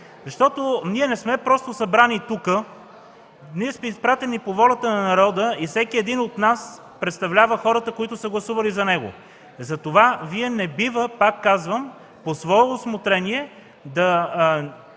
ние. Ние не сме просто събрани тук, а сме изпратени по волята на народа и всеки един от нас представлява хората, които са гласували за него. Затова Вие не бива, пак казвам, по свое усмотрение да